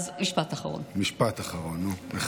משפט אחרון, נכבד.